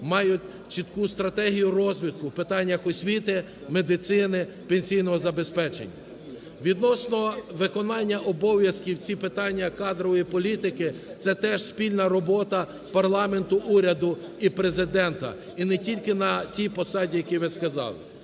мають чітку стратегію розвитку в питаннях освіти, медицини, пенсійного забезпечення. Відносно виконання обов'язків, ці питання кадрової політики - це теж спільна робота парламенту, уряду і Президента, і не тільки на цій посаді, якій ви сказали.